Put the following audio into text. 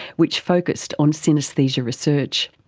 which focussed on synaesthesia research.